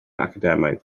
academaidd